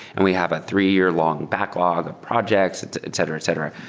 and we have a three-year long backlog of projects, etc. etc.